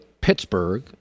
Pittsburgh